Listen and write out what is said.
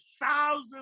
thousand